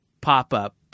pop-up